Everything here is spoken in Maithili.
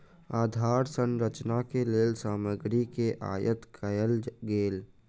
आधार संरचना के लेल सामग्री के आयत कयल गेल